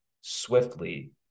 swiftly